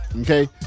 Okay